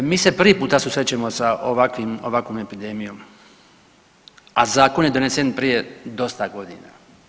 Mi se prvi puta susrećemo sa ovakvom epidemijom, a zakon je donesen prije dosta godina.